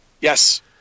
Yes